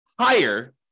higher